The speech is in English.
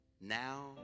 now